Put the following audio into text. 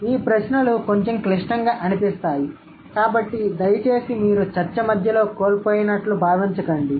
కాబట్టి ఈ ప్రశ్నలు కొంచెం క్లిష్టంగా అనిపిస్తాయి కాబట్టి దయచేసి మీరు చర్చ మధ్యలో కోల్పోయినట్లు భావించకండి